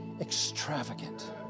extravagant